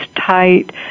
tight